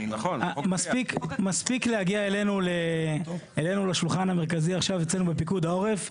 מספיק להגיע אלינו לשולחן המרכזי עכשיו אצלנו בפיקוד העורף,